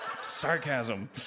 Sarcasm